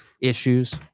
issues